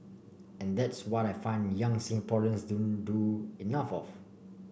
and that's what I find young Singaporeans don't do enough of